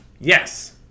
Yes